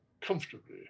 comfortably